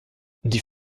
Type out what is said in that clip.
die